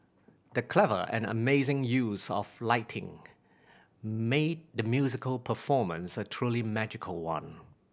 the clever and amazing use of lighting made the musical performance a truly magical one